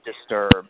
disturbed